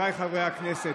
חבריי חברי הכנסת,